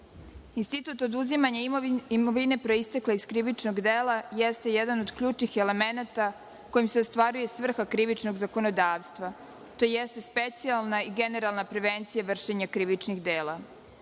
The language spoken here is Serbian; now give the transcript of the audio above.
oduzimanja imovine proistekle iz krivičnog dela jeste jedan od ključnih elemenata kojim se ostvaruje svrha krivičnog zakonodavstva. To jeste specijalna i generalna prevencija vršenja krivičnih dela.